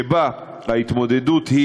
שבה ההתמודדות היא